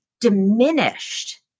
diminished